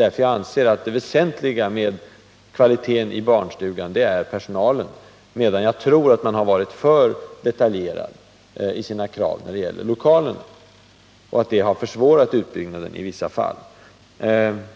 Jag anser nämligen att det väsentliga när det gäller kvaliteten i barnstugor är personalen, medan jag tror att man har haft alltför detaljerade krav när det gäller lokalerna och att det har försvårat utbyggnaden i vissa fall.